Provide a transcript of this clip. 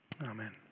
Amen